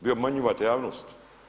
Vi obmanjivate javnost.